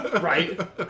Right